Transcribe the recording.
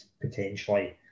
potentially